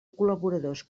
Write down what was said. col·laboradors